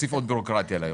להוסיף עוד בירוקרטיה לאירוע.